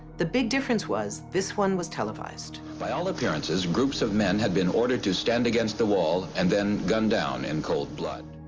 the big difference was this one was televised. by all appearances, groups of men had been ordered to stand against the wall and then gunned down in and cold blood.